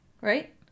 Right